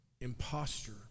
imposter